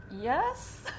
Yes